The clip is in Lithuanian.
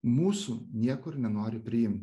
mūsų niekur nenori priimt